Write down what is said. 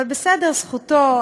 אבל בסדר, זכותו.